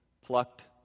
plucked